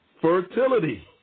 fertility